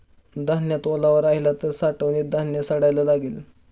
धान्यात ओलावा राहिला तर साठवणीत धान्य सडायला लागेल